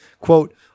Quote